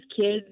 kids